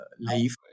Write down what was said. life